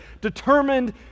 determined